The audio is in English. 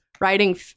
writing